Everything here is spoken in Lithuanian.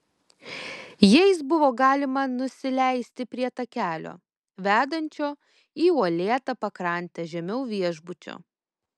jais buvo galima nusileisti prie takelio vedančio į uolėtą pakrantę žemiau viešbučio